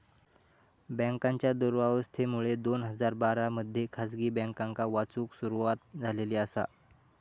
बँकांच्या दुरावस्थेमुळे दोन हजार बारा मध्ये खासगी बँकांका वाचवूक सुरवात झालेली आसा